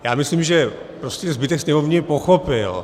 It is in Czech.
Já myslím, že prostě zbytek sněmovny mě pochopil.